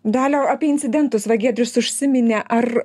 dalia apie incidentus va giedrius užsiminė ar